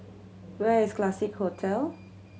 where is Classique Hotel